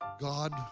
God